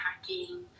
hacking